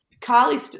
Carly